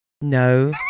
No